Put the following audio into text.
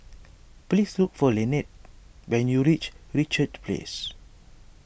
please look for Lynette when you reach Richards Place